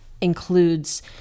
includes